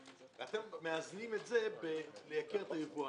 ואתם מאזנים את זה בלייקר את היבואנים.